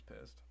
pissed